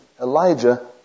Elijah